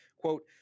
Quote